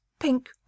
pink